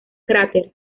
cráter